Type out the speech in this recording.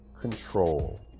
control